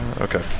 Okay